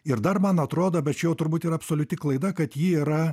ir dar man atrodo bet čia jau turbūt yra absoliuti klaida kad ji yra